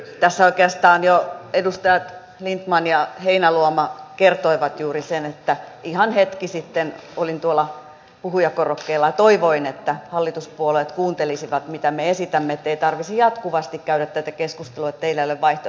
tässä oikeastaan jo edustajat lindtman ja heinäluoma kertoivat juuri sen että ihan hetki sitten olin tuolla puhujakorokkeella ja toivoin että hallituspuolueet kuuntelisivat mitä me esitämme niin että ei tarvitsisi jatkuvasti käydä tätä keskustelua että teillä ei ole vaihtoehtoa